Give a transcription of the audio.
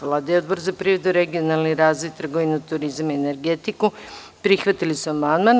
Vlada i Odbor za privredu, regionalni razvoj, trgovinu, turizam i energetiku prihvatili su amandman.